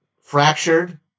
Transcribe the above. fractured